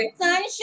Sunshine